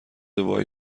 وای